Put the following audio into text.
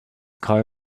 car